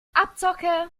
abzocke